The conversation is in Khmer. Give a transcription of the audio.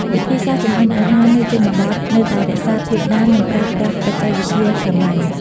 វិធីសាស្ត្រចម្អិនអាហារនៅជនបទនៅតែរក្សាភាពដើម និងប្រើប្រាស់បច្ចេកវិទ្យាសាមញ្ញ។